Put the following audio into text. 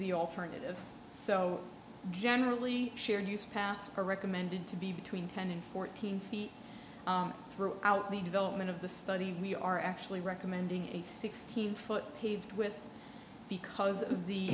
the alternatives so generally shared use paths are recommended to be between ten and fourteen feet throughout the development of the study we are actually recommending a sixteen foot paved with because